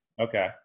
Okay